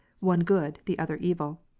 one good, the other evil.